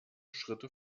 schritte